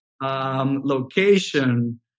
location